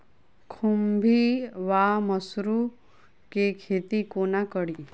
खुम्भी वा मसरू केँ खेती कोना कड़ी?